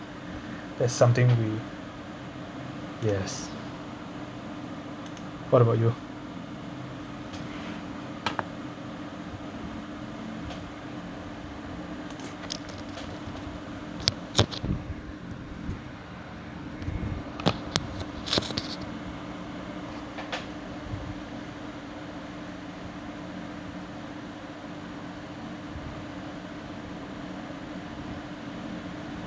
that's something we yes what about you